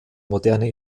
moderne